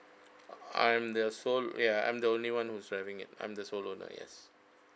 I'm the sole ya I'm the only one who's driving it I'm the sole owner yes